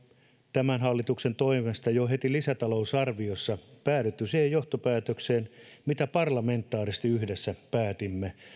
tämän hallituksen toimesta jo heti lisätalousarviossa päädytty siihen johtopäätökseen mitä parlamentaarisesti yhdessä päätimme